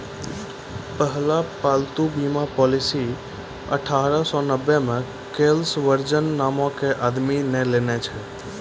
पहिला पालतू बीमा पॉलिसी अठारह सौ नब्बे मे कलेस वर्जिन नामो के आदमी ने लेने छलै